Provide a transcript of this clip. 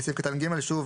בסעיף קטן (ג), שום